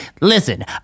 listen